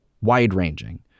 wide-ranging